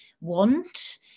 want